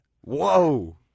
whoa